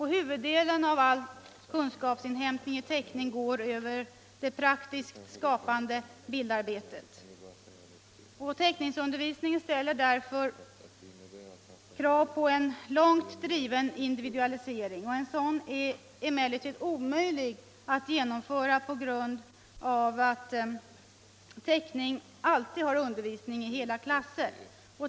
Huvuddelen av all kunskapsinhämtning i teckning går över det praktiskt skapande bildarbetet. Teckningsundervisningen ställer därför krav på en långt driven individualisering. En sådan är emellertid omöjlig att genomföra på grund av att teckningsundervisningen alltid bedrivs i hela klasser.